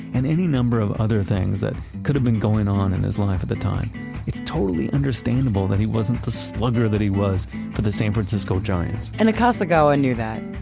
and any number of other things that could have been going on in his life at the time it's totally understandable he wasn't the slugger that he was for the san francisco giants. and akasegawa knew that.